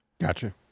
Gotcha